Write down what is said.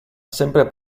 sempre